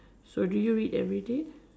so do you read everyday